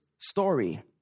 story